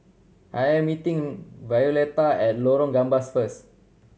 I am meeting Violetta at Lorong Gambas first